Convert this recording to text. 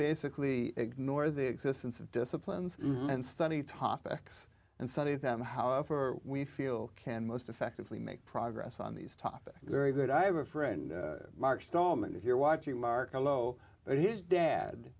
basically ignore the existence of disciplines and study topics and study them however we feel can most effectively make progress on these topics very good i have a friend mark stallman if you're watching mark i low but his dad